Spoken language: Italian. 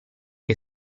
che